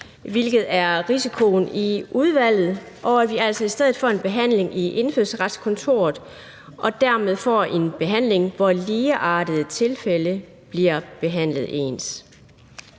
hvilket er risikoen i udvalget, og at vi altså i stedet får en behandling i Indfødsretskontoret og dermed får en behandling, hvor ligeartede tilfælde bliver behandlet ens.